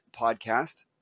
podcast